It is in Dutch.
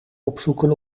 opzoeken